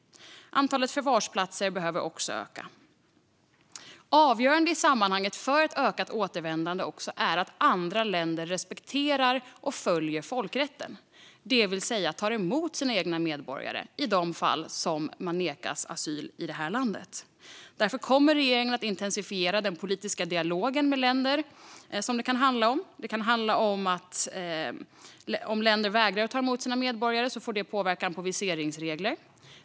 Antalet förvarsplatser behöver också öka. Avgörande i sammanhanget för ett ökat återvändande är också att andra länder respekterar och följer folkrätten, det vill säga tar emot sina egna medborgare i de fall dessa nekas asyl i vårt land. Därför kommer regeringen att intensifiera den politiska dialogen med länder som det kan handla om. Om länder vägrar att ta emot sina medborgare kan det få påverkan på viseringsregler.